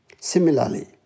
Similarly